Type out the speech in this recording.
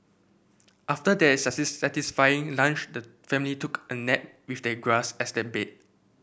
after their satisfying lunch the family took a nap with the grass as their bed